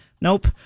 Nope